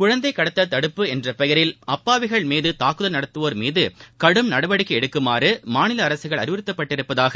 குழந்தை கடத்தல் தடுப்பு என்ற பெயரில் அப்பாவிகள் மீது தூக்குதல் நடத்தவோர் மீது கடும் நடவடிக்கை எடுக்குமாறு மாநில அரசுகள் அறிவுறுத்தப்பட்டுள்ளதாக